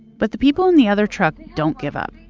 but the people in the other truck don't give up.